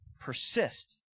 persist